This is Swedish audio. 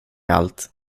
allt